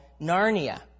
Narnia